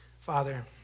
Father